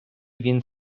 він